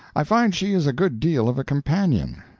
i find she is a good deal of a companion.